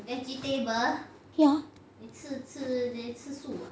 ya